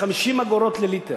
ב-50 אגורות לליטר.